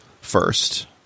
first